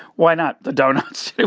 why not? the donuts.